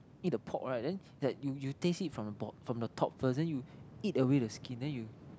eat the pork right then that you you taste it from the ball from the top first then you eat away the skin then you